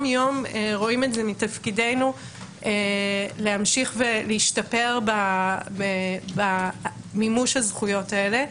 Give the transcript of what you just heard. יום רואים מתפקידנו להמשיך ולהשתפר במימוש הזכויות האלה.